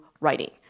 writing